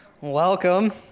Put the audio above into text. Welcome